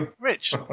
Rich